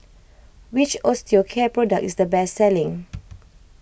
which Osteocare product is the best selling